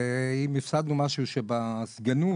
ואם הפסדנו משהו בסגנות,